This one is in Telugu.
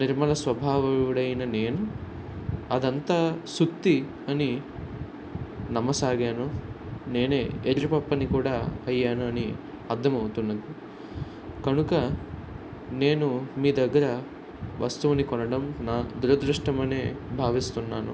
నిర్మల స్వభావుడైన నేను అదంతా సుత్తి అని నమ్మసాగాను నేనే ఎర్రి పప్పును కూడా అయ్యానని అర్ధమవుతున్నది కనుక నేను మీ దగ్గర వస్తువుని కొనడం నా దురదృష్టమనే భావిస్తున్నాను